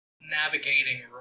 navigating